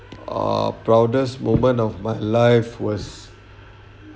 ah proudest moment of my life was